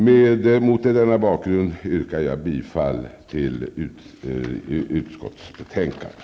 Mot denna bakgrund yrkar jag bifall till hemställan i utskottets betänkande.